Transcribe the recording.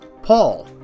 Paul